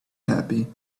happy